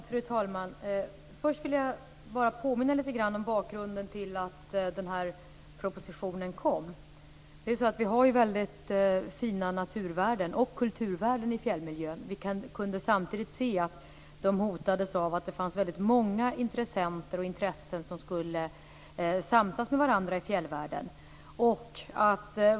Fru talman! Först vill jag något påminna om bakgrunden till att den här propositionen kom. Vi har ju väldigt fina natur och kulturvärden i fjällmiljön. Vi kunde se att dessa värden hotades av att många intressenter och intressen skulle samsas med varandra i fjällvärlden.